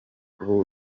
b’u